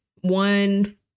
one